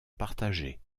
partager